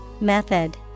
Method